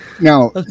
Now-